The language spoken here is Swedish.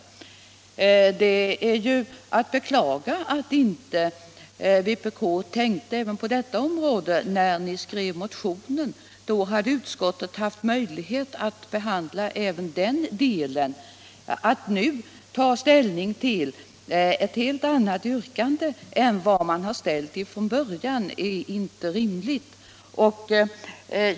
Det är ju att beklaga att ni i vpk inte tänkte även på detta när ni skrev motionen. Då skulle utskottet ha haft möjligheter att behandla även den delen. Att nu ta ställning till ett helt annat yrkande än det som ställts från början är inte rimligt.